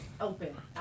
Open